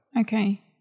Okay